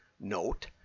note